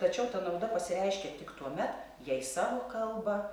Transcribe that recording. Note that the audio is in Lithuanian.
tačiau ta nauda pasireiškia tik tuomet jei savo kalbą